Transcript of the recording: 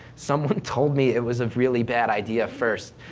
someone told me it was a really bad idea first.